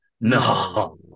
No